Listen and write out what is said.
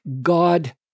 God